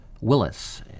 Willis